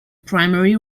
primary